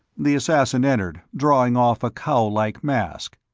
the assassin entered, drawing off a cowllike mask.